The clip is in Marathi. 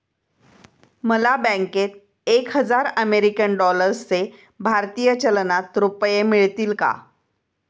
मला बँकेत एक हजार अमेरीकन डॉलर्सचे भारतीय चलनात रुपये मिळतील का?